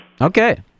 Okay